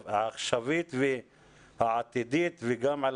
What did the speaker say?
העכשווית והעתידית, וגם על